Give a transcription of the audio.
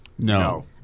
No